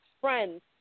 friends